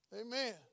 Amen